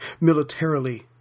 militarily